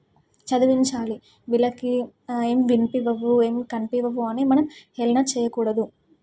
చదివించాలి వీళ్ళకి ఏం వినిపించవు ఏం కనిపించవు అని మనం హేళన చేయకూడదు